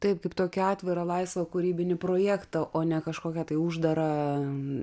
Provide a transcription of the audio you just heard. taip kaip tokį atvirą laisvą kūrybinį projektą o ne kažkokią tai uždarą